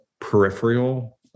peripheral